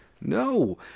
No